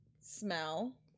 smell